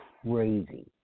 crazy